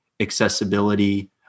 accessibility